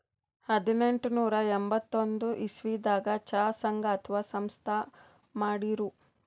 ಹದನೆಂಟನೂರಾ ಎಂಬತ್ತೊಂದ್ ಇಸವಿದಾಗ್ ಚಾ ಸಂಘ ಅಥವಾ ಸಂಸ್ಥಾ ಮಾಡಿರು